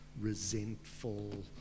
resentful